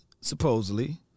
supposedly